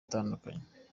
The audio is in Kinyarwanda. atandukanye